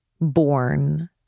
born